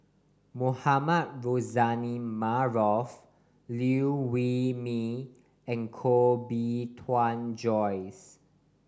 Mohamed Rozani Maarof Liew Wee Mee and Koh Bee Tuan Joyce